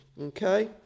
okay